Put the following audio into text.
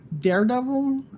Daredevil